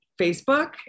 Facebook